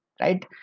right